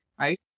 right